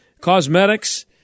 cosmetics